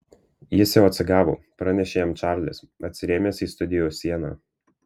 jis jau atsigavo pranešė jam čarlis atsirėmęs į studijos sieną